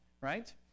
Right